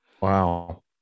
wow